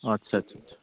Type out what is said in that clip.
आस्सा आस्सा